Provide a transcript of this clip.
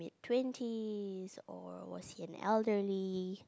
twenties or was he an elderly